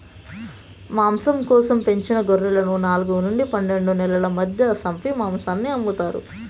మాంసం కోసం పెంచిన గొర్రెలను నాలుగు నుండి పన్నెండు నెలల మధ్య సంపి మాంసాన్ని అమ్ముతారు